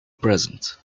present